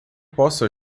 posso